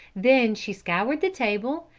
then she scoured the table,